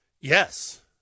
Yes